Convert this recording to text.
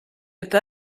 être